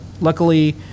luckily